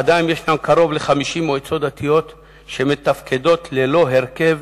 עדיין יש קרוב ל-50 מועצות דתיות שמתפקדות ללא הרכב,